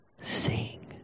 sing